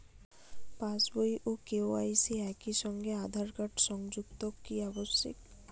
পাশ বই ও কে.ওয়াই.সি একই সঙ্গে আঁধার কার্ড সংযুক্ত কি আবশিক?